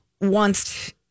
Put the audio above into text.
wants